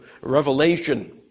Revelation